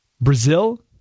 Brazil